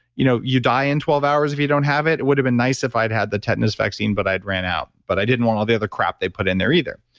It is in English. you know you die in twelve hours if you don't have it it would have been nice if i'd had the tetanus vaccine, but i'd ran out. but i didn't want all the other crap they put in there either.